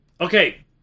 Okay